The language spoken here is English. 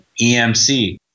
EMC